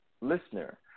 listener